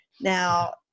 Now